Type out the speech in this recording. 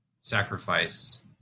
sacrifice